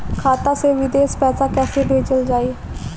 खाता से विदेश पैसा कैसे भेजल जाई?